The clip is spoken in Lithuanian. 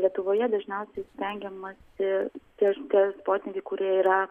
lietuvoje dažniausiai stengiamasi tie tie sportininkai kurie yra